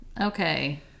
Okay